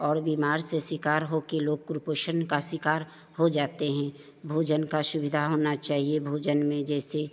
और बीमारी से शिकार होकर लोग कुपोषण का शिकार हो जाते हैं भोजन की सुविधा होनी चाहिए भोजन में जैसे